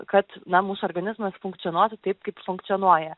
kad na mūsų organizmas funkcionuotų taip kaip funkcionuoja